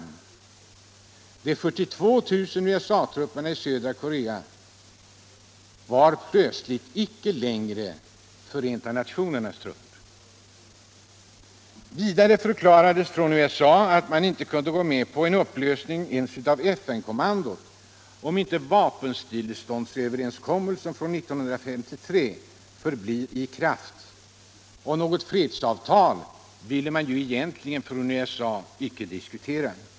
USA-trupperna på 42000 man i södra Korea var plötsligt inte längre FN-trupper. Vidare förklarades av USA att man inte kunde gå med på upplösning ens av FN-kommandot om inte vapenstilleståndsöverenskommelsen från 1953 förblir i kraft. Något fredsavtal ville USA egentligen inte diskutera.